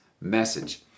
message